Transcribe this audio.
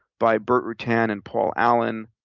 by burt rutan and paul allen,